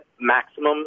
maximum